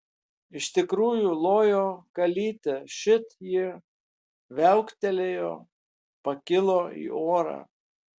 iš tikrųjų lojo kalytė šit ji viauktelėjo pakilo į orą